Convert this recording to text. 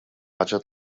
ħaġa